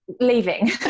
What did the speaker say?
leaving